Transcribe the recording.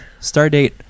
Stardate